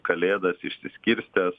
kalėdas išsiskirstęs